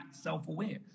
self-aware